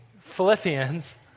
Philippians